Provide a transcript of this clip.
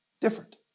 different